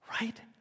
right